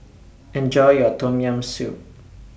Enjoy your Tom Yam Soup